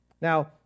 Now